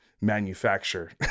manufacture